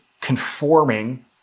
conforming